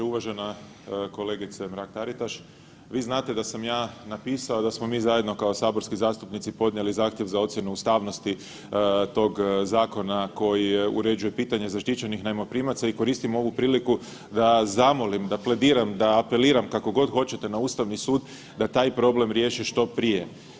Uvažena kolegice Mrak Taritaš, vi znate da sam ja napisao da smo mi zajedno kao saborski zastupnici podnijeli zahtjev za ocjenu ustavnosti tog zakona koji uređuje pitanje zaštićenih najmoprimaca i koristim ovu priliku da zamolim, da plediram, da apeliram, kako god hoćete, na Ustavni sud da taj problem riješi što prije.